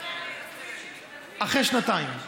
מארנונה לגופים שמתנדבים, אחרי שנתיים.